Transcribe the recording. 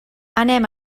anem